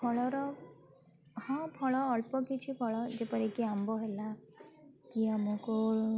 ଫଳର ହଁ ଫଳ ଅଳ୍ପ କିଛି ଫଳ ଯେପରିକି ଆମ୍ବ ହେଲା କି ଆମକୁ